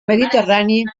mediterrani